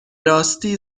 راستی